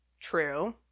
True